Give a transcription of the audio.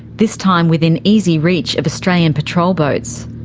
this time within easy reach of australian patrol boats.